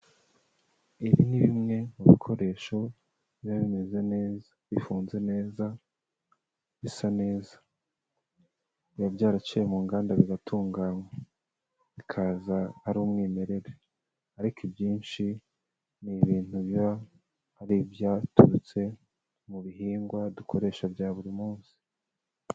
Ibi ni bimwe mu bikoresho biba bimeze neza, bifunze neza, bisa neza, biba byaraciye mu nganda bigatunganywa bikaza ari umwimerere, ariko ibyinshi ni ibintu biba hari ibyaturutse mu bihingwa dukoresha bya buri munsi.